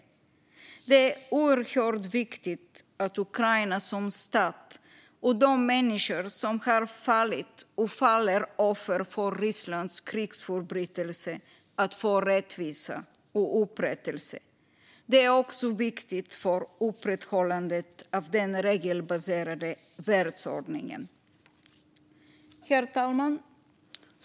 Det är oerhört viktigt för Ukraina som stat och de människor som har fallit, och faller, offer för Rysslands krigsförbrytelser att få rättvisa och upprättelse. Det är också viktigt för upprätthållandet av den regelbaserade världsordningen. Herr talman!